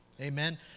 Amen